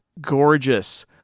gorgeous